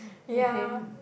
okay